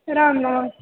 Ram Ram